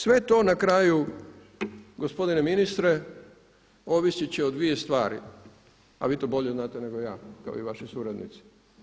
Sve to na kraju gospodine ministre ovisit će o dvije stvari, a vi to bolje znate nego ja kao i vaši suradnici.